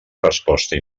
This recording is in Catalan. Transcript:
resposta